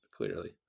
Clearly